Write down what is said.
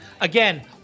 Again